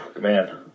man